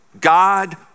God